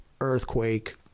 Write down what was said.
earthquake